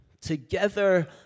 together